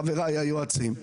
חבריי היועצים,